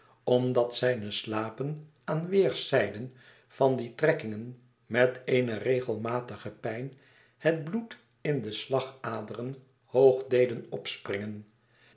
omdat zijne slapen aan weêrszijden van die trekkingen met eene regelmatige pijn het bloed in de slagaderen hoog deden opspringen